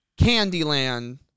Candyland